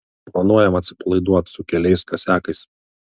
planuojam atsipalaiduot su keliais kasiakais